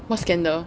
what scandal